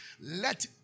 let